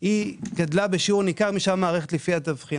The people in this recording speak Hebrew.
שולט בחברת כאל.